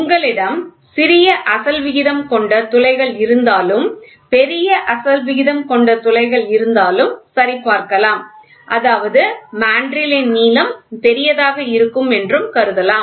உங்களிடம் சிறிய அசல் விகிதம் கொண்ட துளைகள் இருந்தாலும் பெரிய அசல் விகிதம் கொண்ட துளைகள் இருந்தாலும் சரிபார்க்கலாம் அதாவது மாண்ட்ரிலின் நீளம் பெரியதாக இருக்கும் என்று கருதலாம்